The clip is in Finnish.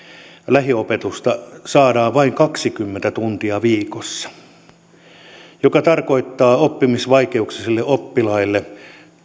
lähiopetusta saadaan vain kaksikymmentä tuntia viikossa mikä tarkoittaa oppimisvaikeuksisille oppilaille